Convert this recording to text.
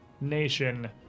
...nation